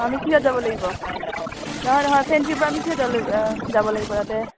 আমি কিহত যাব লাগিব নহয় নহয় ফ্ৰেঞ্চিৰ পৰা আমি কিহত যাব লাগিব যাব লাগিব ইয়াতে